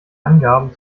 angaben